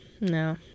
no